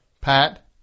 Pat